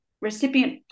recipient